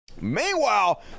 Meanwhile